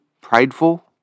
prideful